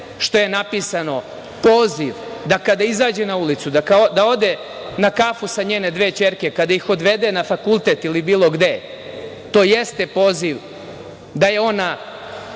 što je napisano poziv da kada izađe na ulicu, kada ode na kafu sa njene dve ćerke, kada ih odvede na fakultet ili bilo gde, to jeste poziv da je ona